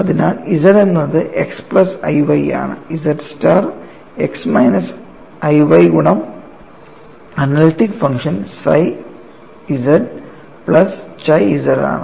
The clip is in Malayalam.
അതിനാൽ z എന്നത് x പ്ലസ് i y ആണ് z star x minus i y ഗുണം analytic function psi z plus chi z ആണ്